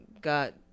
got